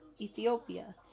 Ethiopia